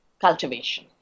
cultivation